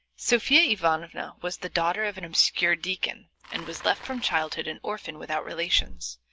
sofya ivanovna was the daughter of an obscure deacon, and was left from childhood an orphan without relations.